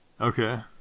Okay